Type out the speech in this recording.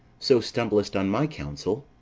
so stumblest on my counsel?